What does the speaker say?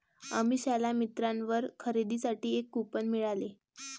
अमिषाला मिंत्रावर खरेदीसाठी एक कूपन मिळाले